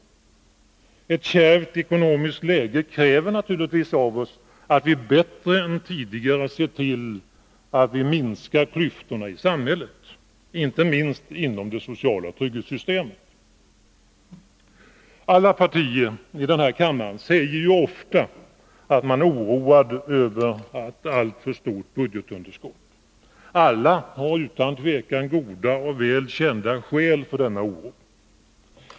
Ett kärvt ekonomiskt läge kräver naturligtvis av oss att vi bättre än tidigare ser till att vi minskar klyftorna i samhället, inte minst inom det sociala trygghetssystemet. Företrädare för alla partier i denna kammare säger ofta att de är oroade över ett alltför stort budgetunderskott. Alla har utan tvekan goda och väl kända skäl för denna oro.